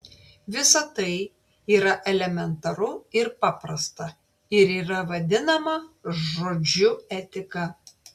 visa tai yra elementaru ir paprasta ir yra vadinama žodžiu etika